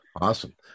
Awesome